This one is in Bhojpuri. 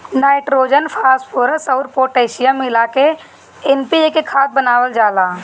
नाइट्रोजन, फॉस्फोरस अउर पोटैशियम मिला के एन.पी.के खाद बनावल जाला